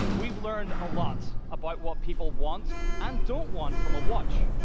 we've learned a lot about what people want and don't want from a watch.